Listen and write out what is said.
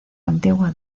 antigua